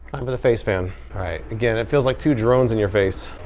time for the face fan. alright, again it feels like two drones in your face.